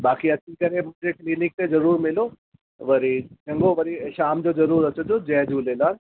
बाक़ी अची करे मुंहिंजे क्लीनिक ते ज़रूरु मिलो वरी चङो वरी शाम जो ज़रूरु अचिजो जय झूलेलाल